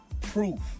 proof